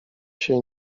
się